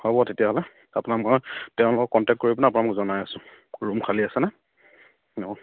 হ'ব তেতিয়াহ'লে আপোনাক মই তেওঁলোকক কণ্টেক্ট কৰি পিনে আপোনাক মই জনাই আছোঁ ৰুম খালী আছে নাই অঁ